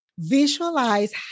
visualize